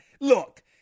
look